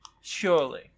Surely